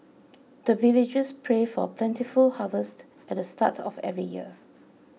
the villagers pray for plentiful harvest at the start of every year